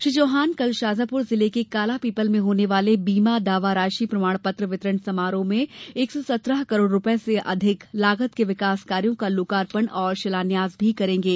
श्री चौहान कल शाजापुर जिले के कालापीपल में होने वाले बीमा दावा राशि प्रमाण पत्र वितरण समारोह एक सौ सत्रह करोड़ रूपये के अधिक लागत के कार्यों का लोकार्पण और शिलान्यास भी करेंगे